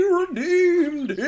redeemed